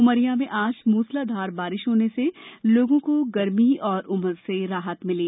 उमरिया में आज मूसलाधार बारिश होने से लोंगो को गर्मी और उमस से राहत मिली